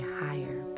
higher